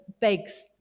begs